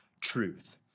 truth